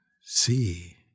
see